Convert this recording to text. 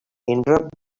interpret